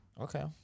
Okay